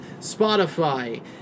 Spotify